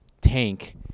tank